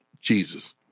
Jesus